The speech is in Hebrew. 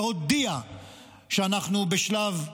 להודיע שאנחנו בשלב,